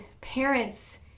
parents